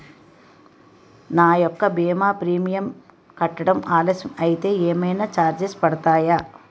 నా యెక్క భీమా ప్రీమియం కట్టడం ఆలస్యం అయితే ఏమైనా చార్జెస్ పడతాయా?